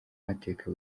mateka